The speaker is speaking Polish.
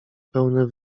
pełne